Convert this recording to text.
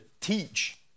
teach